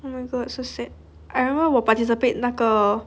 oh my god so sad I remember 我 participate 那个